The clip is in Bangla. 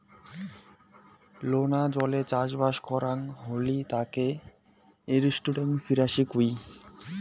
লোনা জলে চাষবাস করাং হলি তাকে এস্টুয়ারই ফিসারী কুহ